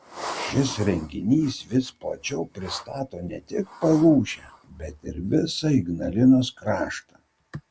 šis renginys vis plačiau pristato ne tik palūšę bet ir visą ignalinos kraštą